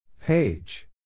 Page